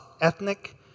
ethnic